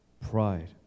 pride